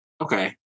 Okay